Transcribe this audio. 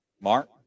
Mark